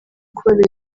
kubabera